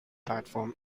platform